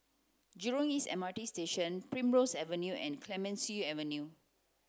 Jurong East M R T Station Primrose Avenue and Clemenceau Avenue